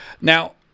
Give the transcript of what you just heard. Now